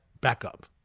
backup